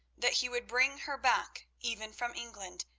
that he would bring her back even from england,